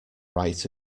right